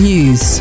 News